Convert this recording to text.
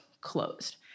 closed